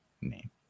name